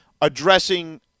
addressing